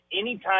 anytime